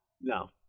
No